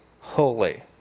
holy